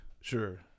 Sure